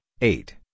eight